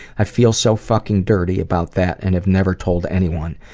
i feel so fucking dirty about that and have never told anyone.